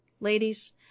ladies